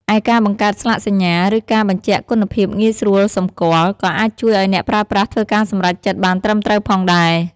ឯការបង្កើតស្លាកសញ្ញា ឬការបញ្ជាក់គុណភាពងាយស្រួលសម្គាល់ ក៏អាចជួយឱ្យអ្នកប្រើប្រាស់ធ្វើការសម្រេចចិត្តបានត្រឹមត្រូវផងដែរ។